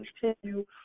continue